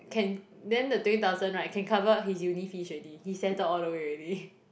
can then the twenty thousand right can cover his uni fees already he settle all the way already